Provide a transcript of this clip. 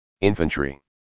Infantry